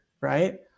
right